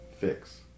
fix